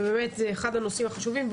זהו באמת אחד הנושאים החשובים.